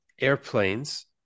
airplanes